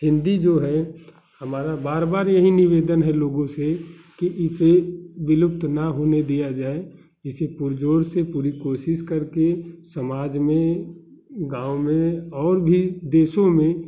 हिन्दी जो है हमारा बार यही निवेदन है लोगों से की इसे विलुप्त न होने दिया जाए इसे पुरजोर से पूरी कोशिश करके समाज में गाँव में और भी देशों में